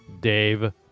Dave